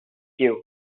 cue